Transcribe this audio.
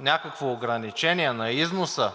някакво ограничение на износа